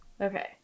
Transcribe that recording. Okay